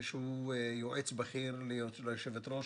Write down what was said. שהוא יועץ בכיר ליושבת-ראש,